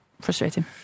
frustrating